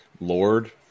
Lord